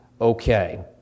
okay